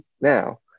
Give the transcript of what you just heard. now